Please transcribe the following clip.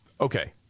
Okay